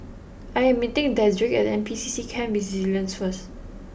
I am meeting Dedrick at N P C C Camp Resilience first